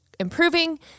improving